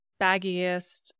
baggiest